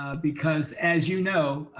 ah because as you know,